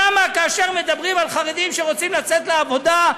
למה כאשר מדברים על חרדים שרוצים לצאת לעבודה,